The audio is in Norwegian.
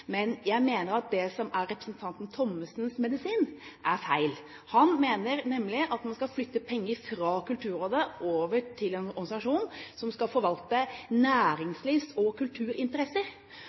men jeg mener at det som er representanten Thommessens medisin, er feil. Han mener nemlig at man skal flytte penger fra Kulturrådet over til en organisasjon som skal forvalte næringslivs- og kulturinteresser.